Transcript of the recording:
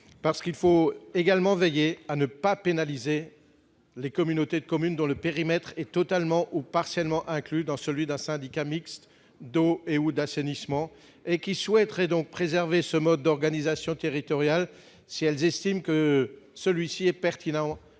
J'ajoute qu'il faut également veiller à ne pas pénaliser les communautés de communes dont le périmètre est totalement ou partiellement inclus dans celui d'un syndicat mixte d'eau et/ou d'assainissement, et qui souhaiteraient préserver ce mode d'organisation territoriale si elles estiment que celui-ci est pertinent